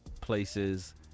places